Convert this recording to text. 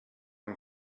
him